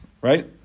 Right